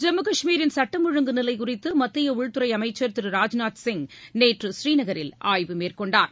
ஜம்மு கஷ்மீரின் சட்டம் ஒழுங்கு நிலை குறித்து மத்திய உள்துறை அமைச்சர் திரு ராஜ்நாத் சிங் நேற்று ஸ்ரீநகரில் ஆய்வு மேற்கொண்டார்